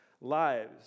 lives